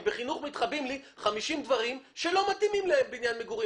כי בחינוך מתחבאים לי 50 דברים שלא מתאימים לבניין מגורים,